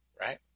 right